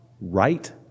Right